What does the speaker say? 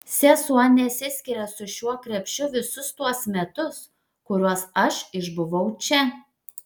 sesuo nesiskiria su šiuo krepšiu visus tuos metus kuriuos aš išbuvau čia